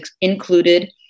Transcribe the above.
included